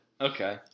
Okay